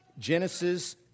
Genesis